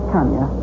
Tanya